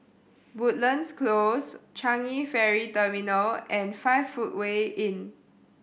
Woodlands Close Changi Ferry Terminal and Five Footway Inn